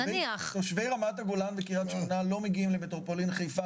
תושבי רמת הגולן וקריית שמונה לא מגיעים למטרופולין חיפה,